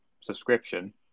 subscription